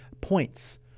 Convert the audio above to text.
Points